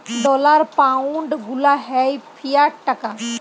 dollar, pound গুলা হ্যয় fiat টাকা